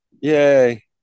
Yay